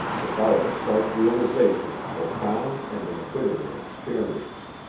without a sharp realization of profound and embittering experience.